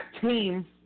team